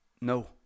No